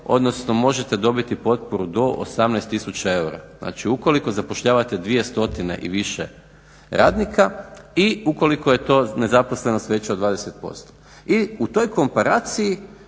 odnosno možete dobiti potporu do 18000 eura. Znači, ukoliko zapošljavate 2 stotine i više radnika i ukoliko je to nezaposlenost veća od 20%. I u toj komparaciji